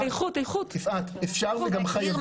אפשר להכניס וגם חייבים.